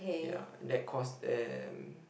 ya that cost them